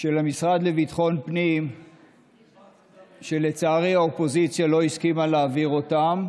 של המשרד לביטחון פנים שלצערי האופוזיציה לא הסכימה להעביר אותם,